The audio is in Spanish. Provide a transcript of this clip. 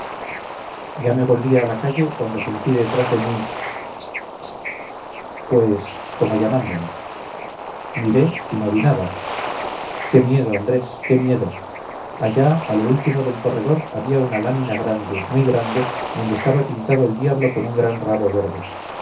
ya me volvía a la calle cuando sentí detrás de mí pist pist pues como llamándome miré y no vi nada qué miedo andrés qué miedo allá a lo último del corredor había una lámina grande muy grande donde estaba pintado el diablo con un gran rabo verde